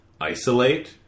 isolate